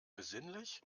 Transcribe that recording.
besinnlich